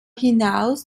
hinaus